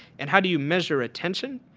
and how do you measure attention?